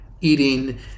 eating